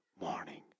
morning